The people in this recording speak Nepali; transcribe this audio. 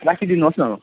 राखिदिनु होस् न